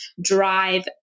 drive